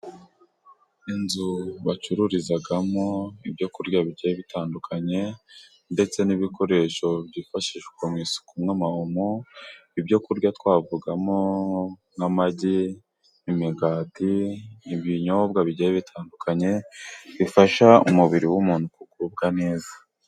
Inzu bacururizagamo ibyo kurya bitandukanye, ndetse n'ibikoresho byifashishwa mu isuku, nk'amawomo. Ibyokurya twavugamo nk'amagi, imigati, ibinyobwa bigenda bitandukanye bifasha umubiri w'umuntu kugubwa neza.